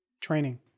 training